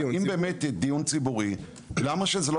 אם באמת יהיה דיון ציבורי למה שזה לא